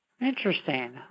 Interesting